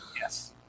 Yes